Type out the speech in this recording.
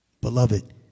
Beloved